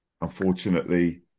Unfortunately